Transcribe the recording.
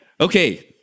Okay